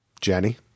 Jenny